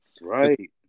Right